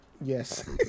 Yes